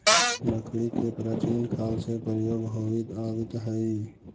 लकड़ी के प्राचीन काल से प्रयोग होवित आवित हइ